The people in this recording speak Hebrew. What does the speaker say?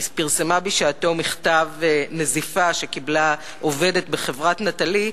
היא פרסמה בשעתה מכתב נזיפה שקיבלה עובדת בחברת "נטלי",